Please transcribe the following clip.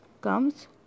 comes